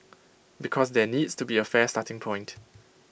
because there needs to be A fair starting point